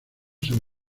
san